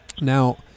Now